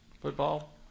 football